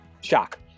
shock